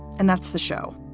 and that's the show.